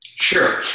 sure